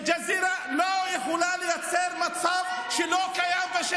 אתם יודעים מה קורה.